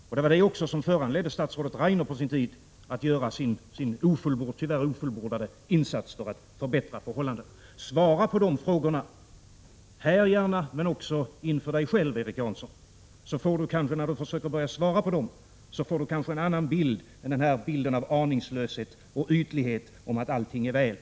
Det var också detta som på sin tid föranledde statsrådet Rainer att göra sin — tyvärr — ofullbordade insats för att förbättra förhållandena. Svara på dessa frågor, Erik Janson. Han kan gärna göra det här, men även inför sig själv, så att han, när han försöker svara på frågorna, kanske får en annan bild än den av aningslöshet och ytlighet om att allt är väl.